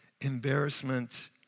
embarrassment